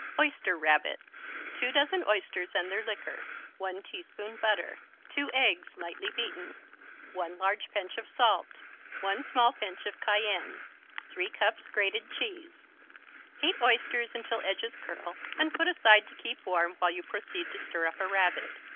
oyster rabbit two dozen oysters and their liquor one teaspoon butter two eggs, lightly beaten one large pinch of salt one small pinch of cayenne three cups grated cheese heat oysters until edges curl and put aside to keep warm while you proceed to stir up a rabbit.